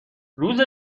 روز